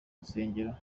rusengero